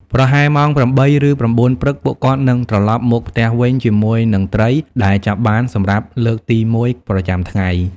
ប្រហែលម៉ោង ៨ ឬ ៩ ព្រឹក ពួកគាត់នឹងត្រឡប់មកផ្ទះវិញជាមួយនឹងត្រីដែលចាប់បានសម្រាប់លើកទីមួយប្រចាំថ្ងៃ។